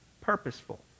purposeful